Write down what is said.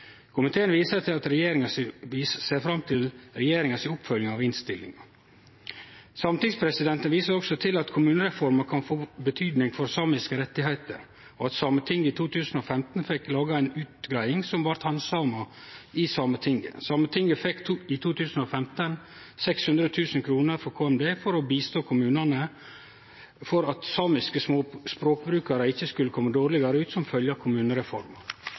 Komiteen ser fram til regjeringa si oppfølging av innstillinga. Sametingspresidenten viser også til at kommunereforma kan få betyding for samiske rettar, og at Sametinget i 2015 fekk laga ei utgreiing som blei handsama i Sametinget. Sametinget fekk i 2015 600 000 kr frå Klima- og miljødepartementet for å hjelpe kommunane slik at samiske språkbrukarar ikkje skulle kome dårlegare ut som følgje av kommunereforma.